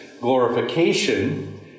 glorification